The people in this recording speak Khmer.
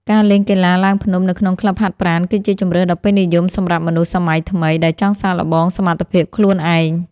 ការលេងកីឡាឡើងភ្នំនៅក្នុងក្លឹបហាត់ប្រាណ គឺជាជម្រើសដ៏ពេញនិយមសម្រាប់មនុស្សសម័យថ្មី ដែលចង់សាកល្បងសមត្ថភាពខ្លួនឯង។